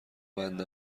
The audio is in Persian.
بند